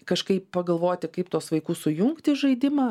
kažkaip pagalvoti kaip tuos vaikus sujungti į žaidimą